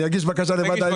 אני אגיש בקשה לוועדת האתיקה.